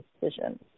decision